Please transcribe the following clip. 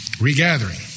Regathering